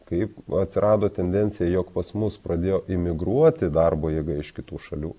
kaip atsirado tendencija jog pas mus pradėjo imigruoti darbo jėga iš kitų šalių